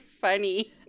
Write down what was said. funny